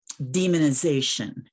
demonization